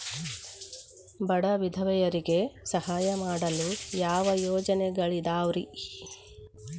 ಬಡ ವಿಧವೆಯರಿಗೆ ಸಹಾಯ ಮಾಡಲು ಯಾವ ಯೋಜನೆಗಳಿದಾವ್ರಿ?